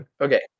okay